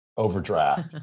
overdraft